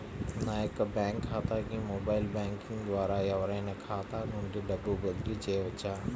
నా యొక్క బ్యాంక్ ఖాతాకి మొబైల్ బ్యాంకింగ్ ద్వారా ఎవరైనా ఖాతా నుండి డబ్బు బదిలీ చేయవచ్చా?